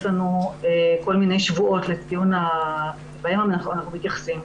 יש לנו כל מיני שבועות לציון הדברים אליהם אנחנו מתייחסים.